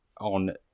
on